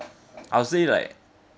I'll say like